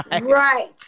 Right